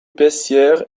bessières